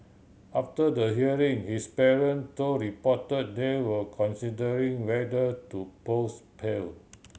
after the hearing his parent told reporter they were considering whether to post pail